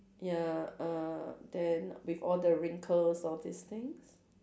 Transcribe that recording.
ya uh then with all the wrinkles all these things